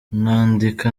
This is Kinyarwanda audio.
nandika